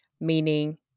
meaning